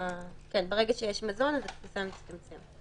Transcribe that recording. ברגע שיש מזון אז התפוסה מצטמצמת.